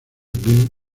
glee